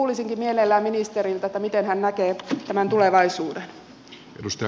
kuulisinkin mielelläni ministeriltä miten hän näkee tämän tulevaisuuden